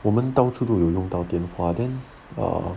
我们到处都有用到电话 then err